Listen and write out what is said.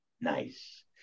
nice